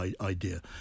idea